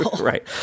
Right